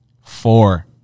four